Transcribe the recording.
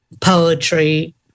poetry